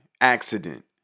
accident